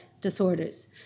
disorders